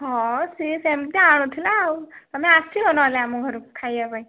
ହଁ ସିଏ ସେମିତି ଆଣୁଥିଲା ଆଉ ତୁମେ ଆସିବ ନହେଲେ ଆମ ଘରକୁ ଖାଇବା ପାଇଁ